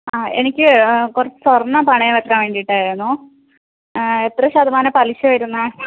എനിക്ക് കുറച്ച് സ്വർണം പണയം വെക്കാൻ വേണ്ടിയിട്ടായിരുന്നു എത്ര ശതമാനമാണ് പലിശ വരുന്നത്